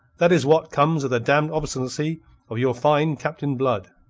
that is what comes of the damned obstinacy of your fine captain blood.